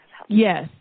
Yes